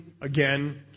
again